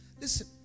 Listen